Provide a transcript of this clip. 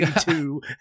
two